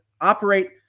operate